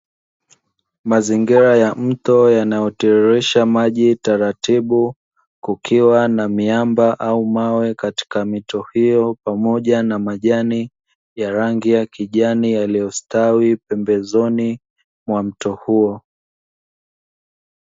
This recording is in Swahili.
Mazingira ya mto yanayotiririsha maji taratibu, kukiwa miamba au mawe katika mito hiyo pamoja na majani ya rangi ya kijani yaliyostawi pembezoni mwa mto huo.